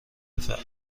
فعال